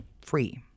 free